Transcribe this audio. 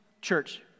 church